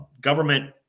government